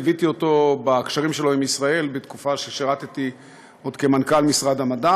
ליוויתי אותו בקשרים שלו עם ישראל בתקופה שעוד שירתי כמנכ"ל משרד המדע.